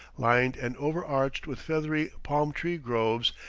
lined and overarched with feathery palm-tree groves,